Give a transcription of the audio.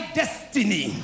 destiny